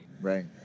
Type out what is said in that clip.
Right